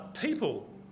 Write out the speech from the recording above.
people